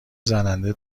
زننده